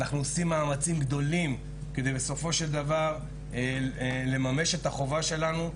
אנחנו עושים מאמצים גדולים כדי בסופו של דבר לממש את החובה שלנו,